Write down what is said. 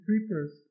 creepers